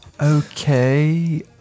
Okay